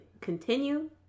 continue